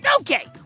okay